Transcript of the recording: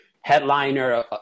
headliner